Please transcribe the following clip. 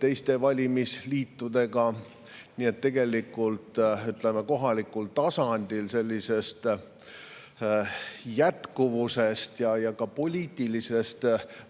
teiste valimisliitudega. Ütleme, kohalikul tasandil sellisest jätkuvusest ja ka poliitilisest